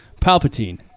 Palpatine